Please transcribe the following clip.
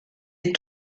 est